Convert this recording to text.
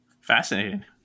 fascinating